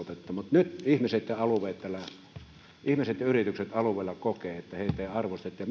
nyt ihmiset ja yritykset alueella kokevat että heitä ei arvosteta ja